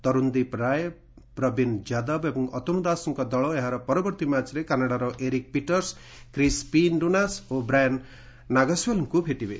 ତରୁନ୍ଦୀପ ରାୟପ୍ରବୀନ୍ ଯାଦବ ଏବଂ ଅତନ୍ତ ଦାସଙ୍କ ଦଳ ଏହାର ପରବର୍ତ୍ତୀ ମ୍ୟାଚରେ କାନାଡାର Eric Peters Crispin Duenas ଓ ବ୍ରାୟାନ୍ ନାଗସୁଏଲଙ୍କୁ ଭେଟିବେ